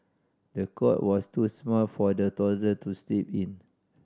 the cot was too small for the toddler to sleep in